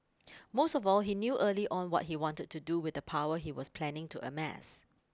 most of all he knew early on what he wanted to do with the power he was planning to amass